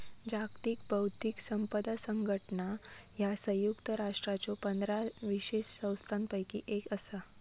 जागतिक बौद्धिक संपदा संघटना ह्या संयुक्त राष्ट्रांच्यो पंधरा विशेष संस्थांपैकी एक असा